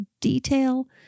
detail